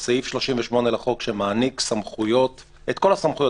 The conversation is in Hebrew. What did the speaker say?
סעיף 38 לחוק שמעניק את כל הסמכויות